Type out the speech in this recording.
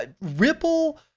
Ripple